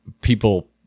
people